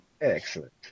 excellent